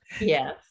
yes